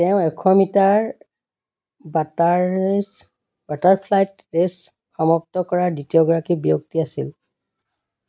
তেওঁ এশ metre butter butterfly race সমাপ্ত কৰা দ্বিতীয়গৰাকী ব্যক্তি আছিল